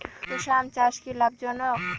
চোষা আম চাষ কি লাভজনক?